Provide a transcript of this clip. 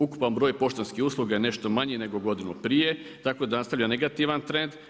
Ukupan broj poštanskih usluga je nešto manji nego godinu prije, tako da nastavlja negativan trend.